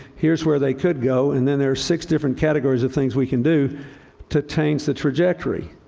here's where they could go. and then there are six different categories of things we can do to change the trajectory.